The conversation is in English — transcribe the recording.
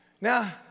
Now